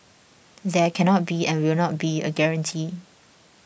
there cannot be and will not be a guarantee